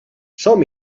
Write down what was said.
som